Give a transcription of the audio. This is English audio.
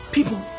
People